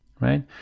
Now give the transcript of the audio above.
right